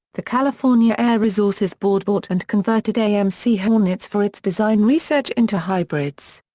the california air resources board bought and converted amc hornets for its design research into hybrids.